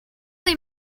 they